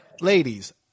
ladies